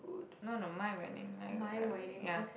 no no mine whining like uh ya